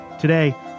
Today